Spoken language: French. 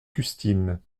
custine